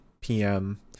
PM